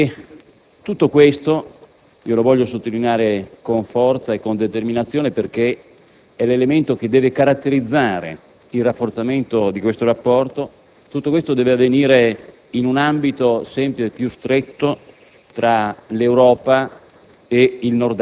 Tutto ciò - lo sottolineo con forza e determinazione perché è l'elemento che deve caratterizzare il rafforzamento di questo rapporto - deve avvenire in un ambito sempre più stretto fra l'Europa